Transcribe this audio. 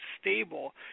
stable